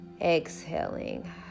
Exhaling